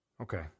Okay